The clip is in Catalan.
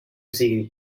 sigui